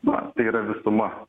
man tai yra visuma